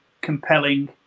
compelling